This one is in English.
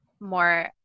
more